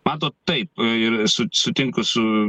matot taip ir sutinku su